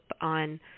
on